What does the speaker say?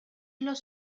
los